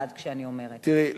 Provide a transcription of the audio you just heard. תראי,